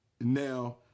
Now